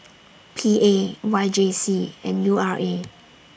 P A Y J C and U R A